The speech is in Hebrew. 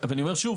שוב